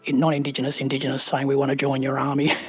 and non-indigenous, indigenous, saying we want to join your army.